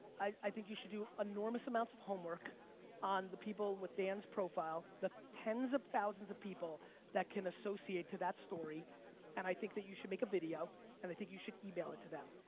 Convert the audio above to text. i think you should do enormous amounts of homework on the people with dan's profile. the tens of thousands of people that can associate to that story and i think that you should make a video and i think you should email it to them.